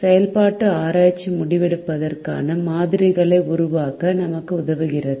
செயல்பாட்டு ஆராய்ச்சி முடிவெடுப்பதற்கான மாதிரிகளை உருவாக்க நமக்கு உதவுகிறது